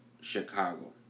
Chicago